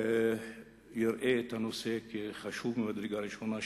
אני תקווה שהוא יראה את הנושא כחשוב ממדרגה ראשונה,